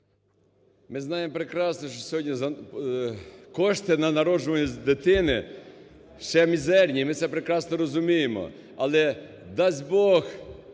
Ми знаємо прекрасно, що сьогодні кошти на народжуваність дитини ще мізерні, і ми це прекрасно розуміємо. Але, дасть Бог,